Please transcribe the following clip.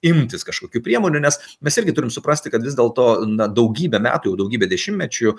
imtis kažkokių priemonių nes mes irgi turim suprasti kad vis dėlto na daugybę metų daugybę dešimtmečių